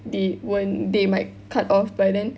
they won't they might cut off by then